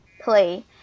play